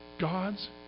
God's